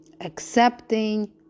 accepting